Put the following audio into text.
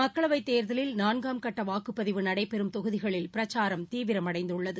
மக்களவைத் தேர்தலில் நான்காம் கட்டவாக்குப்பதிவு நடைபெறும் தொகுதிகளில் பிரச்சாரம் தீவிரமடைந்துள்ளது